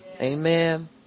Amen